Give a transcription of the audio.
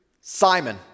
Simon